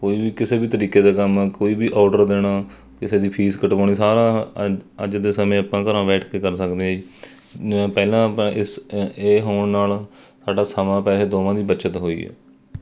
ਕੋਈ ਵੀ ਕਿਸੇ ਵੀ ਤਰੀਕੇ ਦਾ ਕੰਮ ਕੋਈ ਵੀ ਔਡਰ ਦੇਣਾ ਕਿਸੇ ਦੀ ਫੀਸ ਕਟਵਾਉਣੀ ਸਾਰਾ ਅੱਜ ਅੱਜ ਦੇ ਸਮੇਂ ਆਪਾਂ ਘਰਾਂ ਬੈਠ ਕੇ ਕਰ ਸਕਦੇ ਹਾਂ ਜੀ ਪਹਿਲਾਂ ਆਪਾਂ ਇਸ ਇਹ ਹੋਣ ਨਾਲ ਸਾਡਾ ਸਮਾਂ ਪੈਸੇ ਦੋਵਾਂ ਦੀ ਬੱਚਤ ਹੋਈ ਹੈ